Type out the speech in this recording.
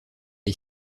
est